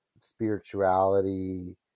spirituality